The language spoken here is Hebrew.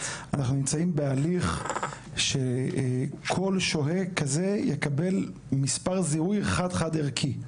אנחנו נמצאים בהליך שכל שוהה כזה יקבל מספר זיהוי חד חד-ערכי.